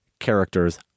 characters